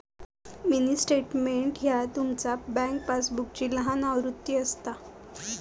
mini statement ह्या तुमचा bank पासबुकची लहान आवृत्ती असता